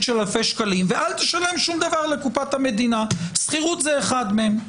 של אלפי שקלים ואל תשלם שום דבר לקופת המדינה שכירות זה אחד מהם.